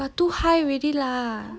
but too high already lah